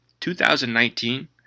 2019